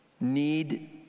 need